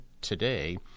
today